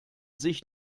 sich